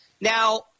Now